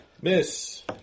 Miss